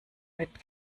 mit